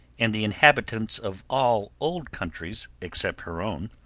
and the inhabitants of all old countries except her own,